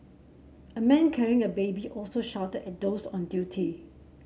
a man carrying a baby also shouted at those on duty